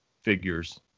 figures